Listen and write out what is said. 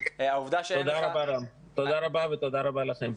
תודה רבה, רם, ותודה רבה לכם.